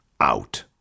out